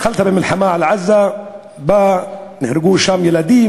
התחלת במלחמה על עזה שבה נהרגו ילדים,